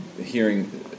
hearing